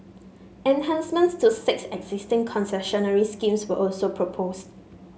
enhancements to six existing concessionary schemes were also proposed